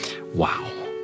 Wow